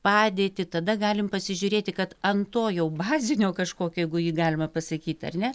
padėtį tada galim pasižiūrėti kad ant to jau bazinio kažkokio jeigu jį galima pasakyt ar ne